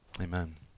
amen